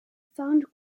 found